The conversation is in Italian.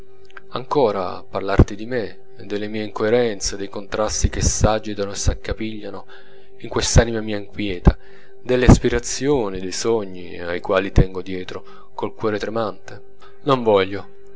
ancora parlarti di me delle mie incoerenze dei contrasti che s'agitano e s'accapigliano in quest'anima mia inquieta delle aspirazioni de sogni a quali tengo dietro col cuore tremante non voglio